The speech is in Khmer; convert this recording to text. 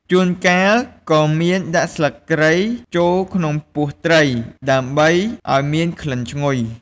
ជួនកាលក៏មានដាក់ស្លឹកគ្រៃ ចូលក្នុងពោះត្រី ដើម្បីឱ្យមានក្លិនឈ្ងុយ។